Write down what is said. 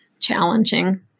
challenging